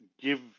give